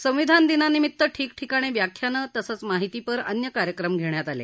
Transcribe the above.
संविधान दिनानिमित ठिकठिकाणी व्याख्यानं तसंच माहितीपर अन्य कार्यक्रम घेण्यात आले